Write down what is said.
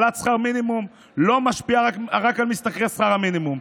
העלאת שכר מינימום לא משפיעה רק על משתכרי שכר המינימום,